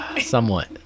Somewhat